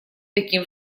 таким